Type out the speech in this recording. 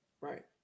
Right